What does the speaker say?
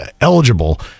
eligible